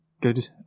good